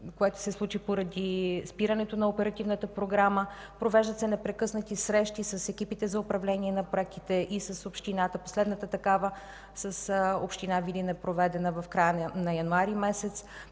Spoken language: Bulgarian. което се случи поради спирането на Оперативната програма. Провеждат се непрекъснати срещи с екипите за управление на проектите и с общината. Последната такава с община Видин е проведена в края на месец